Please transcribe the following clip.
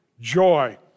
joy